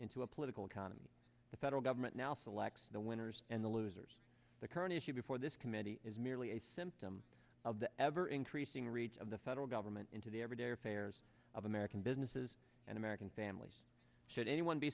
into a political economy the federal government now selects the winners and the losers the current issue before this committee is merely a symptom of the ever increasing reach of the federal government into the everyday affairs of american businesses and american families should any